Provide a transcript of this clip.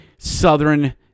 Southern